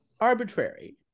arbitrary